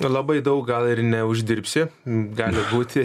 labai daug gal ir neuždirbsi gali būti